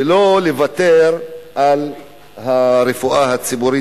ולא לוותר על הרפואה הציבורית,